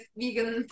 vegan